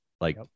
like-